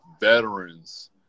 veterans